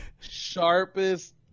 sharpest